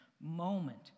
moment